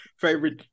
favorite